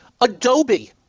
Adobe